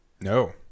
No